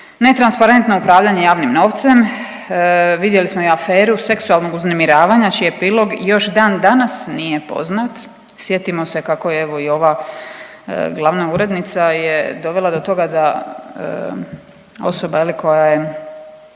netransparentno upravljanje javnim novcem. Vidjeli smo i aferu seksualnog uznemiravanja čiji epilog još dan danas nije poznat. Sjetimo se kako evo i ova glavna urednica je dovela do toga da osoba je